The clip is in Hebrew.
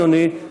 אדוני,